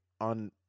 on